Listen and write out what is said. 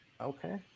Okay